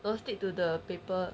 don't stick to the paper